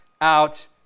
out